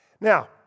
Now